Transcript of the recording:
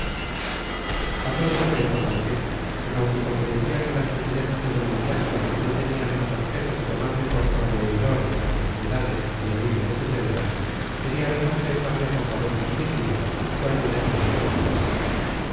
a todo se prestó calpena pues aunque comprendía que las sutilezas de d eustaquio no tenían más objeto que tomarle por proveedor de sus necesidades y alivio de sus deudas quería recompensarle con favores positivos su ayuda en aquella campaña